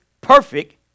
perfect